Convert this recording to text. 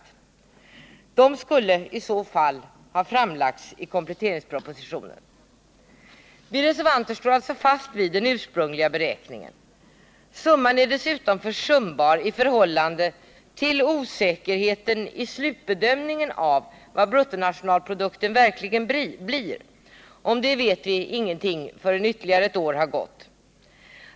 Förändringarna skulle i så fall ha framlagts i kompletteringspropositionen. Vi reservanter står alltså fast vid den ursprungliga beräkningen. Summan är dessutom försumbar i förhållande till osäkerheten i slutbedömningen av vad bruttonationalprodukten verkligen blir. Om det vet vi ingenting förrän ytterligare ett år har gått.